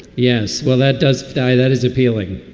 yes. well, that does di that is appealing